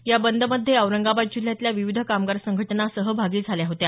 या बंदमध्ये औरंगाबाद जिल्ह्यातल्या विविध कामगार संघटना सहभागी झाल्या होत्या